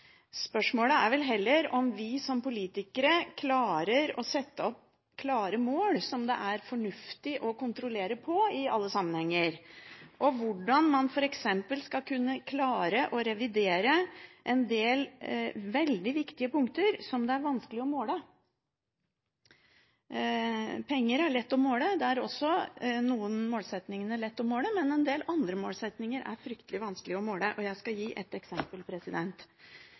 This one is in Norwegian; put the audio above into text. Spørsmålet er vel heller om vi som politikere klarer å sette opp klare mål som det er fornuftig å kontrollere etter i alle sammenhenger. Hvordan skal man f.eks. kunne klare å revidere en del veldig viktige punkter som det er vanskelig å måle? Penger er lett å måle, og det er også noen målsettinger som er lette å måle, men en del andre målsettinger er fryktelig vanskelige å måle. Jeg skal gi et eksempel.